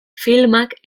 filmak